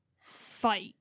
fight